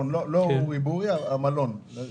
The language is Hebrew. לא מסעדת אורי-בורי אלא המלון.